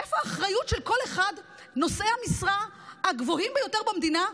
איפה האחריות של כל אחד מנושאי המשרה הגבוהים ביותר במדינה,